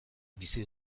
bizi